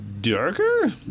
Darker